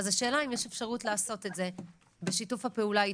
אז השאלה אם יש אפשרות לעשות את זה בשיתוף הפעולה אתכם,